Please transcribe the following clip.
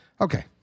Okay